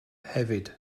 hefyd